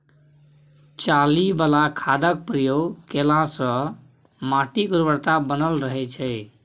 चाली बला खादक प्रयोग केलासँ माटिक उर्वरता बनल रहय छै